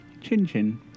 Chin-chin